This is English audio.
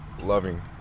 loving